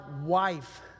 wife